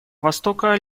востока